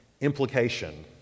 implication